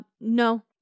no